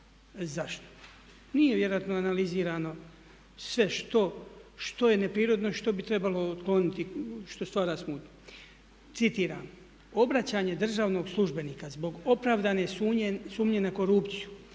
Zašto? Nije vjerojatno analizirano sve što je neprirodno i što bi trebalo otkloniti što stvara sumnju. Citiram: „Obraćanje državnog službenika zbog opravdane sumnje na korupciju